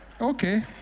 Okay